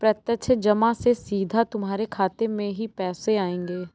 प्रत्यक्ष जमा से सीधा तुम्हारे खाते में ही पैसे आएंगे